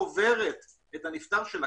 כל משפחה קוברת את הנפטר שלה,